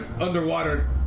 Underwater